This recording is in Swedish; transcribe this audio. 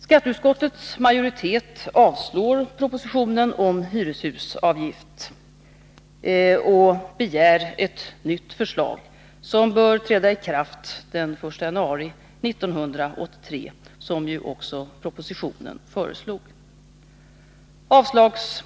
Skatteutskottets majoritet avstyrker propositionen om hyreshusavgift och begär ett nytt förslag, som bör träda i kraft den 1 januari 1983, vilket ju också propositionens förslag skulle göra.